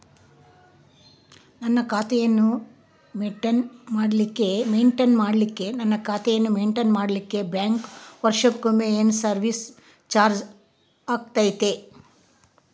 ನನ್ನ ಖಾತೆಯನ್ನು ಮೆಂಟೇನ್ ಮಾಡಿಲಿಕ್ಕೆ ಬ್ಯಾಂಕ್ ವರ್ಷಕೊಮ್ಮೆ ಏನು ಸರ್ವೇಸ್ ಚಾರ್ಜು ಹಾಕತೈತಿ?